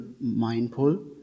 mindful